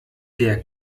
der